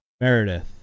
Meredith